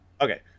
okay